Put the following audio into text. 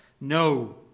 No